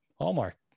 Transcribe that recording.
Hallmark